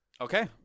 Okay